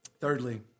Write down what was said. Thirdly